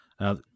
Now